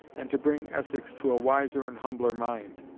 and to bring essex to a wiser and humbler mind.